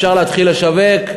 אפשר להתחיל לשווק,